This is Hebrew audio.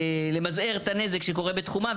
למזער את הנזק שקורה בתחומה,